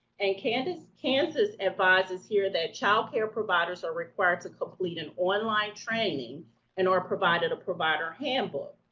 and kansas, kansas advises here that child care providers are required to complete an online training and are provided a provider handbook.